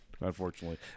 unfortunately